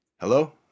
hello